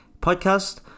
podcast